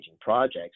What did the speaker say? projects